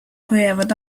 hoiavad